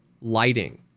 lighting